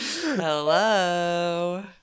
Hello